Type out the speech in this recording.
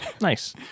Nice